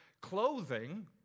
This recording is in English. clothing